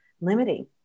limiting